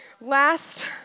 Last